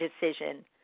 decision